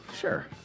Sure